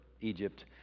Egypt